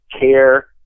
Care